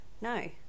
no